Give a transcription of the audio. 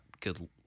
good